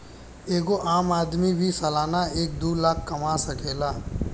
एगो आम आदमी भी सालाना एक दू लाख कमा सकेला